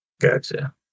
Gotcha